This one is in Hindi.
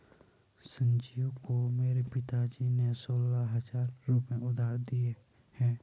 संजीव को मेरे पिताजी ने सोलह हजार रुपए उधार दिए हैं